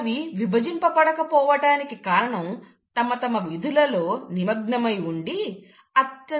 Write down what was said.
అవి విభజింపబడకపోవటానికి కారణం తమ తమ విధులలో నిమగ్నమయి ఉండి అత్యంత ప్రత్యేకమైనవిగా ఉండటం